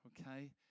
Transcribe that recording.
okay